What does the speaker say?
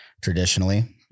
traditionally